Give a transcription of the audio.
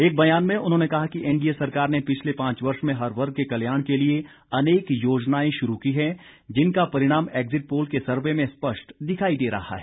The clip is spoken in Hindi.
एक ब्यान में उन्होंने कहा कि एनडीए सरकार ने पिछले पांच वर्ष में हर वर्ग के कल्याण के लिए अनेक योजनाएं शुरू की है जिनका परिणाम एग्जिट पोल के सर्वे में स्पष्ट दिखाई दे रहा है